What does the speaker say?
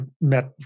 met